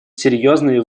серьезные